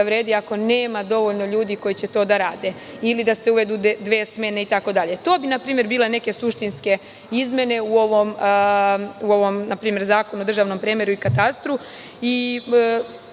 vredi ako nema dovoljno ljudi koji će to da rade. Ili da se uvedu dve smene itd. To bi npr. bile neke suštinske izmene u ovom Zakonu o državnom premeru i katastru. Prosto